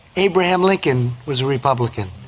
abraham lincoln was a republican.